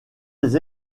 les